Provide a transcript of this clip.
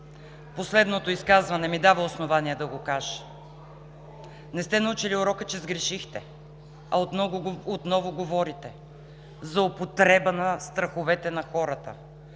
Последното изказване ми дава основание да го кажа. Не сте научили урока, че сгрешихте, а отново говорите за употреба на страховете на хората,